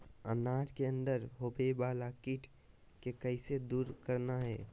अनार के अंदर होवे वाला कीट के कैसे दूर करना है?